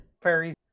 fairies